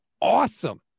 awesome